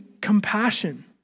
compassion